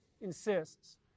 insists